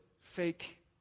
fake